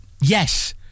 Yes